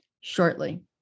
shortly